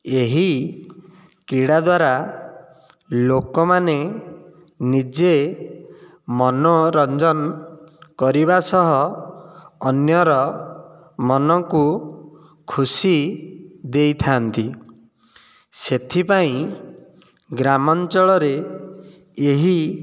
ଏହି କ୍ରୀଡ଼ା ଦ୍ୱାରା ଲୋକମାନେ ନିଜେ ମନୋରଞ୍ଜନ କରିବା ସହ ଅନ୍ୟର ମନକୁ ଖୁସି ଦେଇଥାନ୍ତି ସେଥିପାଇଁ ଗ୍ରାମଞ୍ଚଳରେ ଏହି